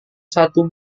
satu